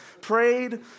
Prayed